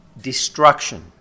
destruction